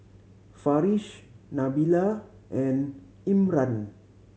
Farish Nabila and Imran